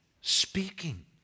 speaking